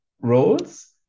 roles